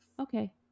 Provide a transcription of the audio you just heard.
okay